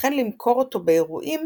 וכן למכור אותו באירועים